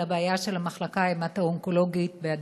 הבעיה של המחלקה ההמטו-אונקולוגית בהדסה.